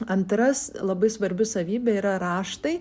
antras labai svarbi savybė yra raštai